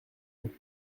haut